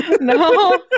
no